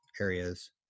areas